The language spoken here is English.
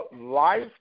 Life